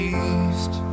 east